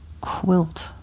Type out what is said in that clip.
quilt